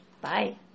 Bye